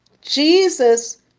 Jesus